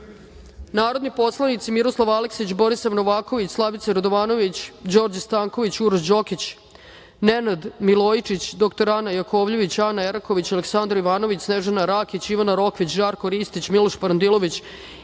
predlog. Narodni poslanici Miroslav Aleksić, Borisav Novaković, Slavica Radovanović, Đorđe Stanković, Uroš Đokić, Nenad Milojičić, dr Ana Jakovljević, Ana Eraković, Aleksandar Ivanović, Snežana Rakić, Ivana Rokvić, Žarko Ristić, Miloš Parandilović